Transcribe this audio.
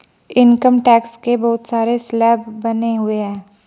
income tax के बहुत सारे स्लैब बने हुए हैं